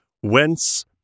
whence